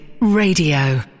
Radio